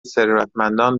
ثروتمندان